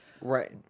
Right